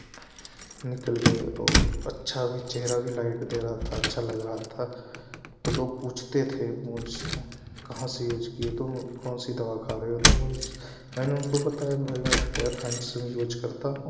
निकल गए और अच्छा भी चेहरा भी लाइट दे रहा था अच्छा लग रहा था तो लोग पूछते थे मुझसे कहाँ से यूज़ किया तो कौन से दवा खा रहे हो तुम उस मैंने उनको बताया की भाई मैं फेयर हैण्डसम यूज़ करता हूँ